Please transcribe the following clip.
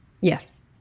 Yes